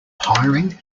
hiring